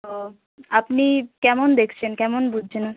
তো আপনি কেমন দেখছেন কেমন বুঝছেন